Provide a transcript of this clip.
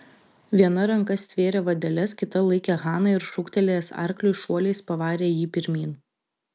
viena ranka stvėrė vadeles kita laikė haną ir šūktelėjęs arkliui šuoliais pavarė jį pirmyn